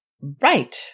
Right